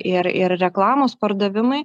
ir ir reklamos pardavimai